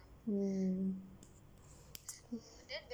mm